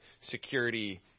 security